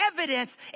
evidence